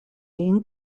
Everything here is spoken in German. ihn